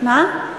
מה?